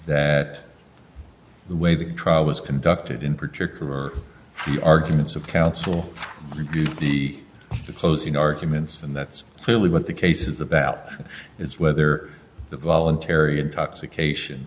that the way the trial was conducted in particular the arguments of counsel the closing arguments and that's clearly what the case is about is whether the voluntary intoxication